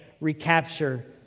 recapture